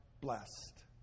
blessed